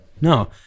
no